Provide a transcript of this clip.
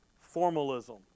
Formalism